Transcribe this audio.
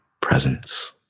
presence